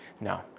No